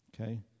Okay